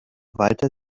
walter